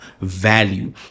value